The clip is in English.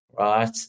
Right